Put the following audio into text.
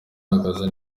uhagaze